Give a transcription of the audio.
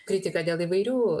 kritika dėl įvairių